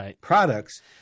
products